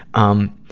um,